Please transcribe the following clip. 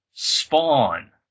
spawn